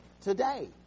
today